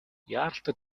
яаралтай